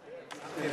שאתה קורא.